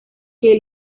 que